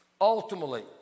ultimately